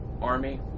army